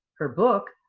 her book,